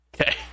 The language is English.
Okay